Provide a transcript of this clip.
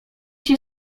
się